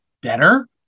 better